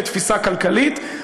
כתפיסה כלכלית,